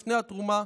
לפני התרומה,